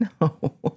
no